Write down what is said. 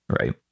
right